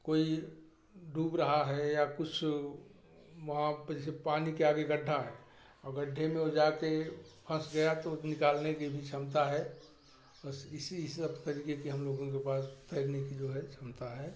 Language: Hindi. कोई डूब रहा है या कुछ वहाँ पे जैसे पानी के आगे गड्ढा है और गड्ढे में वो जाके फंस गया तो निकालने की भी क्षमता है बस इसी सब तरीके की हम लोगों के पास तैरने की जो है क्षमता है